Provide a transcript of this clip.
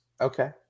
Okay